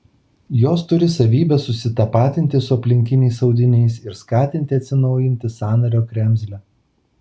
jos turi savybę susitapatinti su aplinkiniais audiniais ir skatinti atsinaujinti sąnario kremzlę